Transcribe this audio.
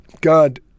God